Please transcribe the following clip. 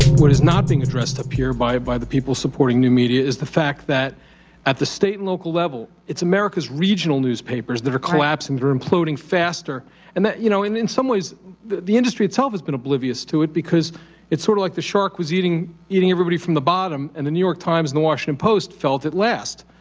what is not being addressed up here by by the people supporting new media is the fact that at the state and local level it's america's regional newspapers that are collapsing and are imploding faster and that you know and in some ways the the industry itself has been oblivious to it because it's sort of like the shark was eating eating everybody from the bottom and the new york times and the washington post felt it last,